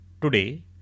Today